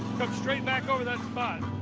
come straight back over that spot.